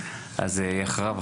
אז אחריו,